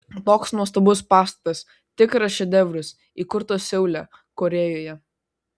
toks nuostabus pastatas tikras šedevras įkurtas seule korėjoje